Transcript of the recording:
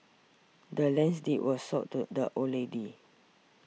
the land's deed was sold to the old lady